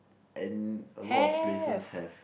and a lot of places have